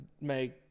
make